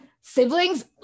siblings